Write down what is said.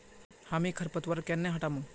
हामी खरपतवार केन न हटामु